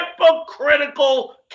hypocritical